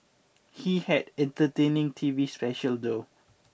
he had entertaining T V special though